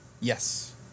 Yes